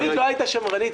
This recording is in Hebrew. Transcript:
התחזית לא הייתה שמרנית.